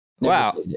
Wow